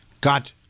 got